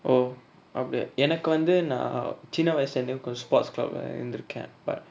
oh அப்டியா எனக்கு வந்து நா சின்ன வயசுல இருந்தே:apdiya enaku vanthu na sinna vayasula irunthe cause sports club lah இருந்திருக்க:irunthirukka but